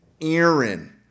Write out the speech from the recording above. Aaron